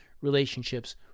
relationships